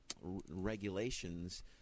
regulations